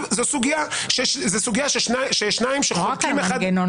זאת סוגיה ששניים -- רק על מנגנון